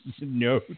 no